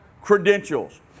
credentials